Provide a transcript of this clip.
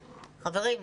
חברים,